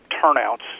turnouts